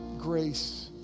grace